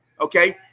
okay